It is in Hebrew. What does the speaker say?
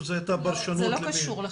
הייתה פרשנות --- זה לא קשור לחוק.